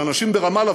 לאנשים ברמאללה,